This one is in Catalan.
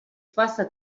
faça